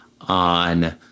on